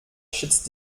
schätzt